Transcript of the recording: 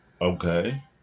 Okay